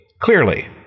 Clearly